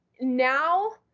now